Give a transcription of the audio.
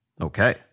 Okay